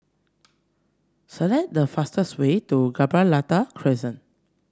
select the fastest way to Gibraltar Crescent